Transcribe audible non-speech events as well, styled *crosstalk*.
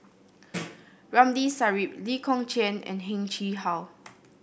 *noise* Ramli Sarip Lee Kong Chian and Heng Chee How